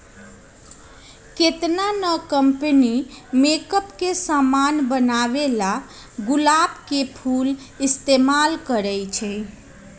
केतना न company makeup के समान बनावेला गुलाब के फूल इस्तेमाल करई छई